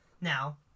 Now